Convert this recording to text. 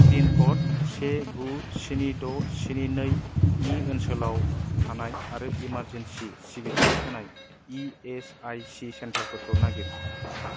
पिनकड से गु स्नि द' स्नि नै नि ओनसोलाव थानाय आरो इमारजेनसि सिबिथाय होनाय इएसआइसि सेन्टारफोरखौ नागिर